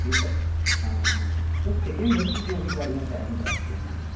ये सब हाँ मतलब सेकेंड हेंड की जो भी गाड़ियाँ चाहेंगे आपको मिलेगा